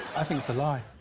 i think it's a lie.